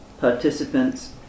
participants